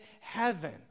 heaven